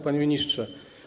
Panie Ministrze!